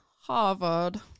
Harvard